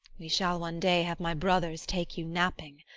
we shall one day have my brothers take you napping.